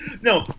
No